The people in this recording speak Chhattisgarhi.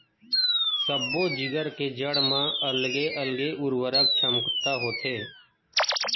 सब्बो जिगर के जड़ म अलगे अलगे उरवरक छमता होथे